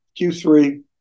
Q3